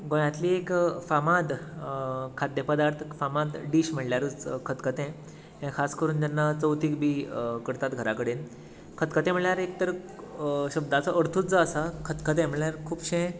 गोंयांतली एक फामाद खाद्य पदार्थ डीश म्हणल्यारूच खतखतें हें खास करून जेन्ना चवथीक बी करतात घरा कडेन खतखतें म्हळ्यार एक तर शब्दाचो अर्थूच जो आसा खतखतें म्हळ्यार खुबशें